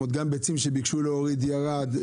גם ביצים שביקשו להוריד ירד.